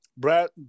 Brad